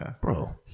Bro